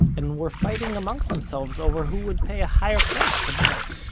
and were fighting amongst themselves over who would pay a higher price to buy it.